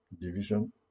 division